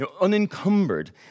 unencumbered